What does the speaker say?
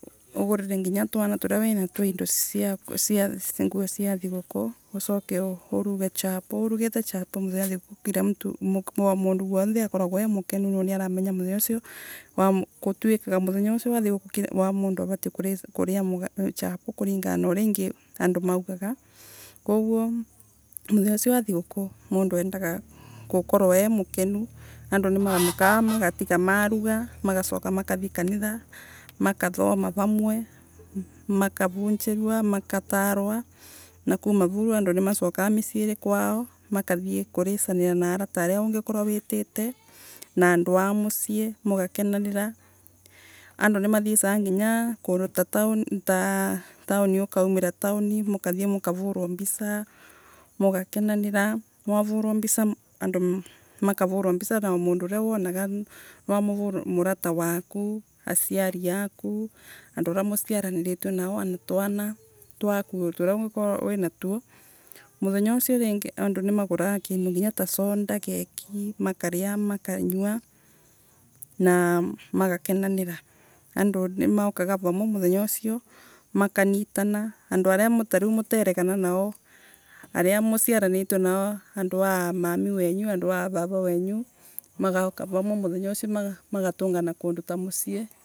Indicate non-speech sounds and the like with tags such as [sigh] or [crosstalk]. Naa niagukuriva wega kulingana na wira uria wamurutira. Na nginya ukorwe nginya winya wina aa wina gutiio kuria wathie kuruta wira uthie winyivitie nandu andu engi ukarega kuthii wi nyivitie wathie gucarii wira matingi [hesitation] nimakuriva naii kana makurume kana makwire naii. Nigitumi mundu muturire uyu arenda gwikara na andu ena thayu, na mukiaragia wega na mucokariririe na mundu miario wega, ni getha muvote guturania na muture mwina thayu aria mwinao either nina mwariwa ngina wakwa e ava, nina muru w angina ninake, auka tii kumwariria naii tukiaria wega, uria mundu ataravota gwika ukimwita ava kwina vandu vena thiina na undethererie. Riria nana takwa nanyivirirwa nginya ni mbia cia kuvira mwana cukuru na umwire kwi vandu nakanyirirwa nina kathina vulani nan di [hesitation] nina kathiina kanini ninako na ndina wira either naamonere kanyamu kanini ningivira cukuru nigetha mwana ndakengatwe. Na ni [hesitation] ana kugia thayu kuu mena thayu, nigue wega nigetha muvote kugia na mbere na muturire na Ngai akina murathima. Akinamwaramiria nginya mivaka.